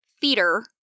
theater